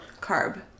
Carb